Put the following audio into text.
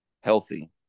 healthy